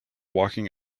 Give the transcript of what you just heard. walking